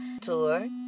Tour